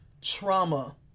trauma